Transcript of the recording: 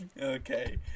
Okay